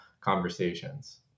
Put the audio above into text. conversations